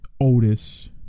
Otis